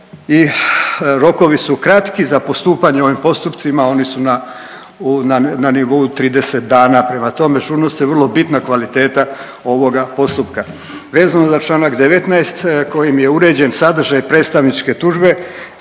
i rokovi su kratki za postupanje u ovim postupcima oni su na nivou 30 dana, prema tome žurnost je vrlo bitna kvaliteta ovoga postupka. Vezano za čl. 19. kojim je uređen sadržaj predstavničke tužbe,